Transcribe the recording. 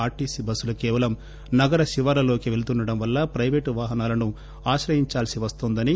ఆర్లీసీ బస్సులు కేవలం నగర శివార్లలోకే పెళ్తుండడం వల్ల పైపేటు వాహనాలను ఆశ్రయిందాల్సి వస్తోందని